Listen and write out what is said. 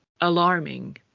alarming